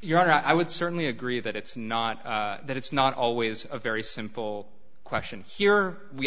your honor i would certainly agree that it's not that it's not always a very simple question here we